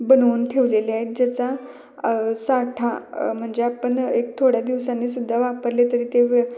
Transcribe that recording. बनवून ठेवलेले आहेत ज्याचा साठा म्हणजे आपण एक थोड्या दिवसांनी सुद्धा वापरले तरी ते